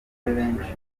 benshi